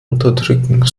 unterdrücken